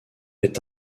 est